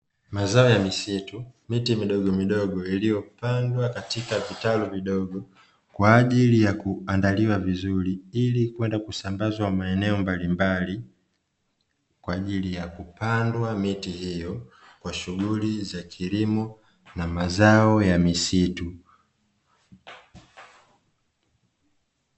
Mazao ya misitu miti midogo midogo, iliyopandwa katika vitalu vidogo kwa ajili ya kuandaliwa vizuri ili kwenda kusambazwa maeneo mbalimbali kwa ajili ya kupandwa miti hiyo kwa shughuli za kilimo na mazao ya misitu.